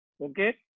Okay